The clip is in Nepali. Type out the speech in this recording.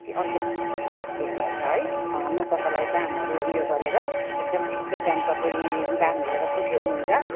कि अर्को यसमै छ है म तपाईँलाई दामहरू उयो गरेर एकदम ठिकै दाम तपाईँ दाम हेरेर खुसी हुनुहुन्छ